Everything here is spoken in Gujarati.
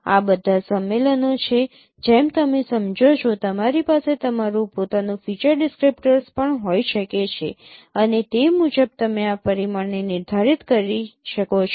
આ બધા સંમેલનો છે જેમ તમે સમજો છો તમારી પાસે તમારું પોતાનું ફીચર ડિસક્રીપ્ટર્સ પણ હોઈ શકે છે અને તે મુજબ તમે આ પરિમાણને નિર્ધારિત કરી શકો છો